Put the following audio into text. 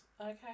Okay